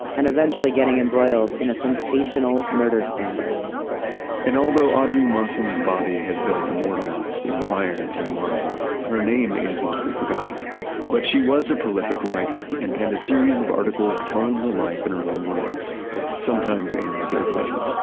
and eventually getting embroiled in a sensational murder scandal and although audrey munson's body has been immortalized in iron and marble, her name is mostly forgotten but she was a prolific writer and penned a series of articles telling her life in her own words sometimes in the third person.